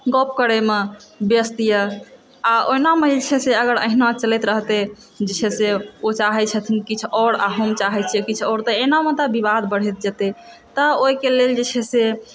गप करैमे व्यस्त यऽ आओर ओहिनामे जे छै से एहिना चलैत रहतै जे छै से ओ चाहै छथिन किछु आर आओर हम चाहै छी किछु आर तऽ एनामे तऽ विवाद बढ़ैत जेतै तऽ ओहिके लेल जे छै से